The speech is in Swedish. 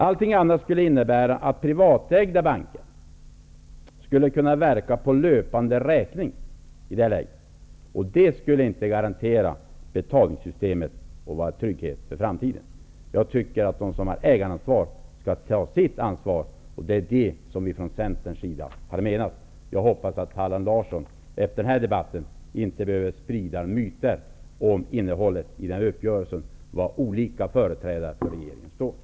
Allting annat skulle innebära att privatägda banker skulle kunna verka på löpande räkning i det här läget, och det skulle inte garantera betalningssystemet och vara en trygghet för framtiden. Jag tycker att de som har ägaransvar skall ta sitt ansvar. Det är det som vi från Centerns sida har menat. Jag hoppas att Allan Larsson efter den här debatten inte behöver sprida myter om innehållet i uppgörelsen och var olika företrädare för regeringen står.